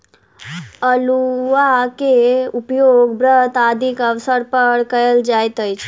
अउलुआ के उपयोग व्रत आदिक अवसर पर कयल जाइत अछि